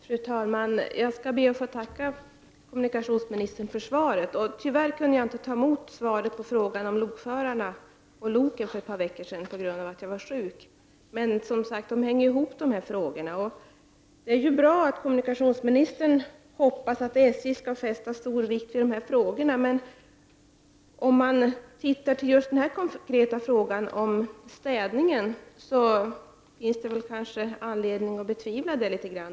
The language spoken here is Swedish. Fru talman! Jag skall be att få tacka kommuniktionsministern för svaret. Tyvärr kunde jag inte ta emot svaret på frågan om lokförare och lok för ett par veckor sedan på grund av att jag var sjuk. Men, som sagt, dessa frågor hänger ihop. Det är bra att kommunikationsministern hoppas att SJ skall fästa stor vikt vid dessa frågor. Om man tittar på den konkreta frågan om städning, finns det väl kanske anledning att betvivla det litet grand.